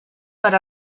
per